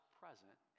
present